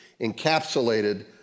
encapsulated